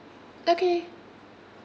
okay